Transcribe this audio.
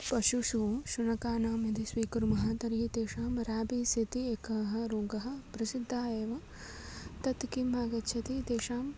पशुषु शुनकानां यदि स्वीकुर्मः तर्हि तेषां राबिस् इति एकः रोगः प्रसिद्धः एव तत् किम् आगच्छति तेषाम्